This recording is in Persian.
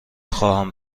خواهم